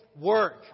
work